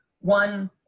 One